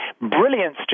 brilliance